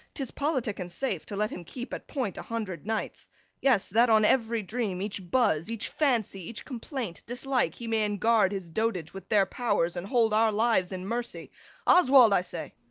tis politic and safe to let him keep at point a hundred knights yes, that on every dream, each buzz, each fancy, each complaint, dislike, he may enguard his dotage with their powers, and hold our lives in mercy oswald, i say